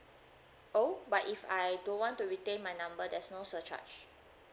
oh but if I don't want to retain my number there's no surcharge